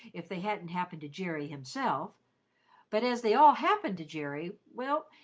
if they hadn't happened to jerry himself but as they all happened to jerry, well,